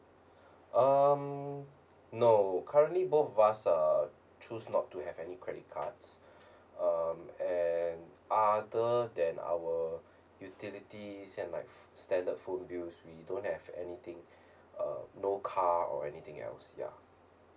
um no currently both of us err choose not to have any credit cards um and other than our utilities and like standard food bills we don't have anything uh no car or anything else ya